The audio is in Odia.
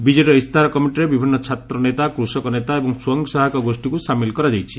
ବିକେଡ଼ିର ଇସ୍ତାହାର କମିଟିରେ ବିଭିନ୍ନ ଛାତ୍ର ନେତା କୃଷକ ନେତା ଏବଂ ସ୍ୱୟଂସହାୟକ ଗୋଷୀଙ୍କୁ ସାମିଲ କରାଯାଇଛି